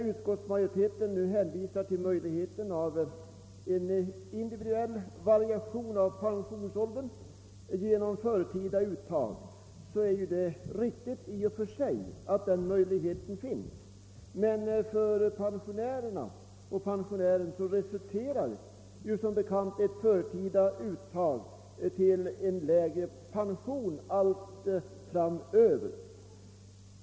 Utskottsmajoriteten hänvisar till möjligheten av individuell variation i pensionsåldern genom förtida uttag. Det är riktigt att den möjligheten finns. Men för pensionärerna resulterar som bekant ett förtida uttag i en lägre pension för all framtid.